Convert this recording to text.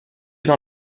dans